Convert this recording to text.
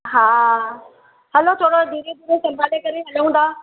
हा हलो थोरो धीरे करे संभाले करे हलूं था